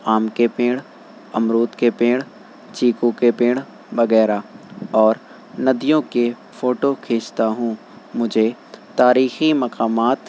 آم کے پیڑ امرود کے پیڑ چیکو کے پیڑ وغیرہ اور ندیوں کے فوٹو کھینچتا ہوں مجھے تاریخی مقامات